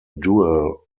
duel